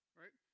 right